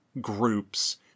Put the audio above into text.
groups